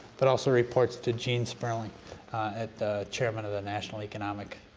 but also reports to gene sperling at the chairman of the national economic